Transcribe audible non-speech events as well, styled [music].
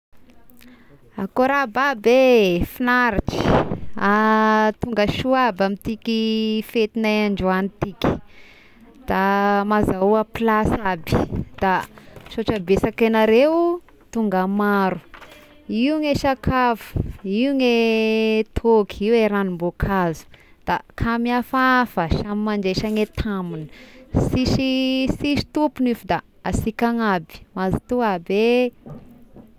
Akôry aby aby eh, finaritry [hesitation] tongasoa aby amin'ity ki fetignay androany ty ky, da mazahoa plasy aby, da sotra besaky agnareo tonga maro, [noise] io gne sakafo, io gne tôky, io gne ranom-boankazo, da ka mihafaha samy mandraisa ny tamigny sisy sisy tompogny io fa da ansika agn'aby, mazoto aby eh!